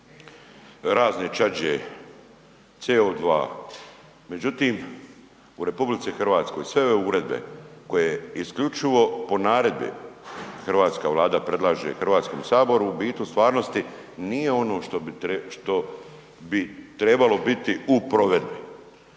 razne čađe, CO2. Međutim, u RH sve ove uredbe koje isključivo po naredbi Hrvatska vlada predlaže Hrvatskom saboru u biti u stvarnosti nije ono što bi trebalo biti u provedbi.